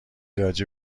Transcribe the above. راجع